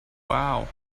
wow